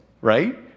right